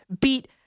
beat